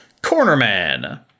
Cornerman